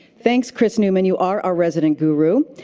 thanks, chris newman, you are our resident guru.